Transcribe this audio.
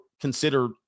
considered